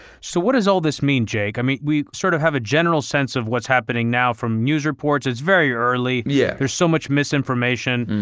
so, what does all this mean, jake? i mean, we sort of have a general sense of what's happening now from news reports. it's very early. yeah there's so much misinformation.